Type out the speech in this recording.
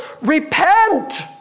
repent